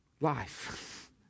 life